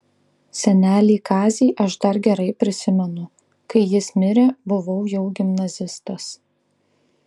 senelį kazį aš dar gerai prisimenu kai jis mirė buvau jau gimnazistas